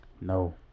No